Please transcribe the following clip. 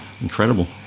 Incredible